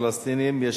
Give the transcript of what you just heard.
בבקשה.